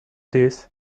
these